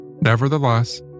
Nevertheless